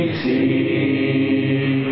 see